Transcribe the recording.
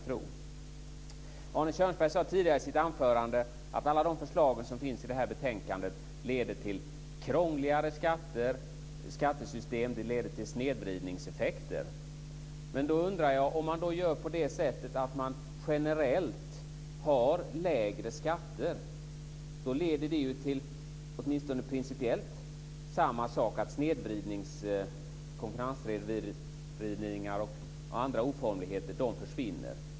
Arne Kjörnsberg sade tidigare i sitt anförande att alla förslagen i motionerna som behandlas i betänkandet leder till krångligare skattesystem och snedvridningseffekter. Men om man generellt har lägre skatter leder det åtminstone principiellt till att snedvridning av konkurrens och andra oformligheter försvinner.